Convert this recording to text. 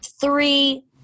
three